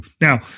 Now